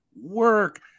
work